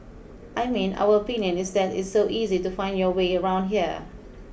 I mean our opinion is that it's so easy to find your way around here